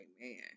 man